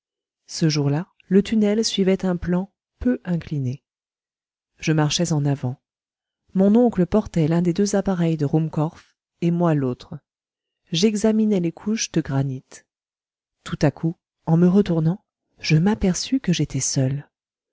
ce jour-là le tunnel suivait un plan peu incliné je marchais en avant mon oncle portait l'un des deux appareils de ruhmkorff et moi l'autre j'examinais les couches de granit tout à coup en me retournant je m'aperçus que j'étais seul